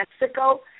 Mexico